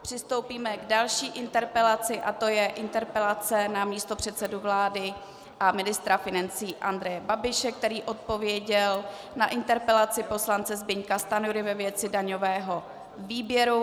Přistoupíme k další interpelaci a to je interpelace na místopředsedu vlády a ministra financí Andreje Babiše, který odpověděl na interpelaci poslance Zbyňka Stanjury ve věci daňového výběru.